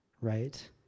right